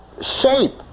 shape